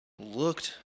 looked